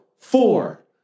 Four